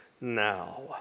now